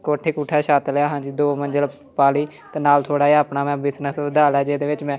ਕੋਠੀ ਕੋਠਾ ਛੱਤ ਲਿਆ ਹਾਂਜੀ ਦੋ ਮੰਜ਼ਿਲ ਪਾ ਲਈ ਅਤੇ ਨਾਲ ਥੋੜ੍ਹਾ ਜਿਹਾ ਆਪਣਾ ਮੈਂ ਬਿਜ਼ਨਸ ਵਧਾ ਲਿਆ ਜਿਹਦੇ ਵਿੱਚ ਮੈਂ